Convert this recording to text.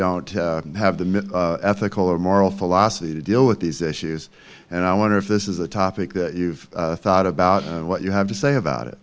don't have the ethical or moral philosophy to deal with these issues and i wonder if this is a topic that you've thought about what you have to say about it